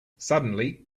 suddenly